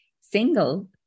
single